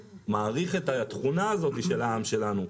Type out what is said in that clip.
ומעריך את התכונה הזאת של העם שלנו,